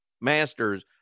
Masters